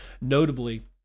Notably